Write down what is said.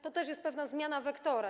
To też jest pewna zmiana wektora.